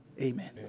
amen